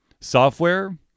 software